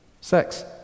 Sex